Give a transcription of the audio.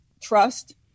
trust